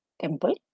temple